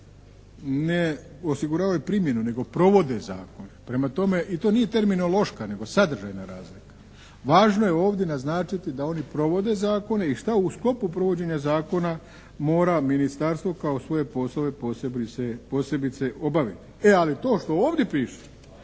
ne osiguravaju primjenu nego provode zakone. Prema tome, i to nije terminološka nego sadržajna razlika. Važno je ovdje naznačiti da oni provode zakone i šta u sklopu provođenja zakona mora Ministarstvo kao svoje poslove posebice obaviti. E ali to što ovdje piše